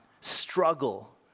struggle